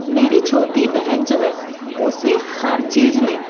मेरी छोटी बहन जो है उसे हर चीज़ में